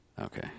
okay